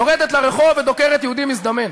יורדת לרחוב ודוקרת יהודי מזדמן.